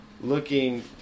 looking